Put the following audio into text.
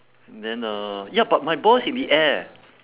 then uh ya but my ball is in the air